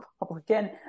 Republican